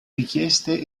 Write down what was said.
richieste